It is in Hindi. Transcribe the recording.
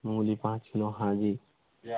मूली पाँच किलो हाँ जी